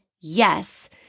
yes